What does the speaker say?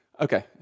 Okay